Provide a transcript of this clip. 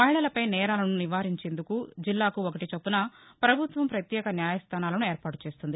మహిళలపై నేరాలను నివారించేందుకు జిల్లాకు ఒకటి చొప్పున ప్రభుత్వం ప్రత్యేక న్యాయస్థానాలను ఏర్పాటు చేస్తోంది